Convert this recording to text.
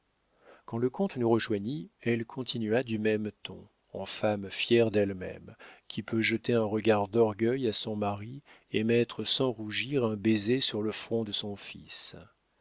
quand le comte nous rejoignit elle continua du même ton en femme fière d'elle-même qui peut jeter un regard d'orgueil à son mari et mettre sans rougir un baiser sur le front de son fils